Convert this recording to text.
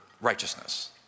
righteousness